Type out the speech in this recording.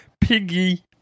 Piggy